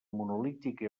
monolítica